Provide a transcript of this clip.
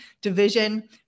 division